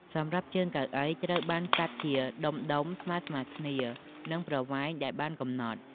សម្រាប់ជើងកៅអីត្រូវបានកាត់ជាដុំៗស្មើគ្នា នឹងប្រវែងដែលបានកំណត់។